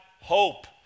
hope